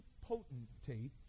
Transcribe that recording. potentate